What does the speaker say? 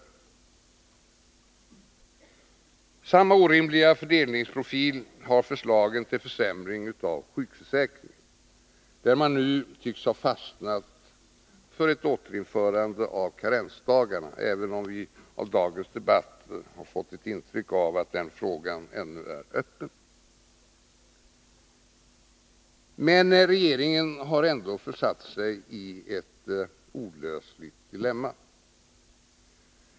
Samma orimliga fördelningsprofil har förslagen till försämring av sjukförsäkringen, där man nu tycks ha fastnat för ett återinförande av karensdagarna. Även om vi av dagens debatt har fått ett intryck av att den frågan ännu är öppen, har regeringen försatt sig själv i ett olösligt dilemma.